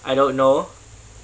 I don't know